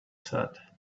said